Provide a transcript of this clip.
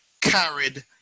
carried